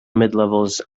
midlevels